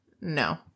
No